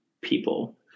people